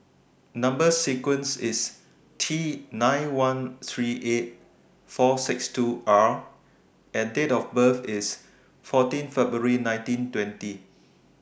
Number sequence IS T nine one three eight four six two R and Date of birth IS fourteen February nineteen twenty